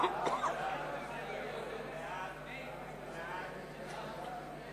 ההצעה להעביר את הצעת חוק